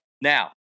Now